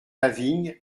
lavigne